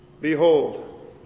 Behold